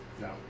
No